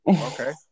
okay